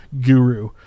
guru